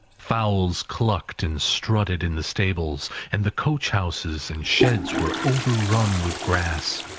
fowls clucked and strutted in the stables and the coach-houses and sheds were over-run with grass.